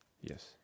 yes